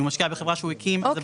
אם הוא משקיע בחברה שהוא הקים זה בחוץ.